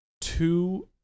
two